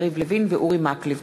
יריב לוין ואורי מקלב.